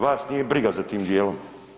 Vas nije briga za tim dijelom.